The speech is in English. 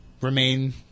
remain